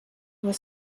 was